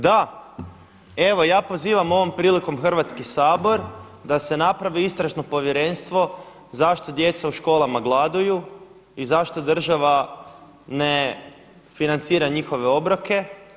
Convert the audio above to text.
Da, evo ja pozivam ovom prilikom Hrvatski sabor da se napravi istražno povjerenstvo zašto djeca u školama gladuju i zašto država ne financira njihove obroke.